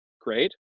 great